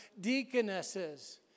deaconesses